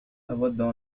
أود